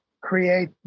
create